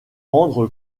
rendre